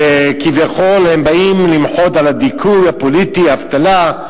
וכביכול הם באים למחות על הדיכוי הפוליטי, האבטלה.